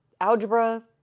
algebra